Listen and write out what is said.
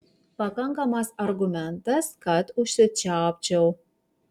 pakankamas argumentas kad užsičiaupčiau